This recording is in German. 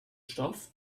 stoff